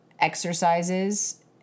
exercises